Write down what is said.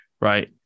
right